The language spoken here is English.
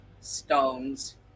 stones